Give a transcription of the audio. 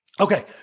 Okay